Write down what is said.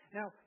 Now